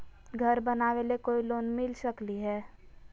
घर बनावे ले कोई लोनमिल सकले है?